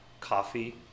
coffee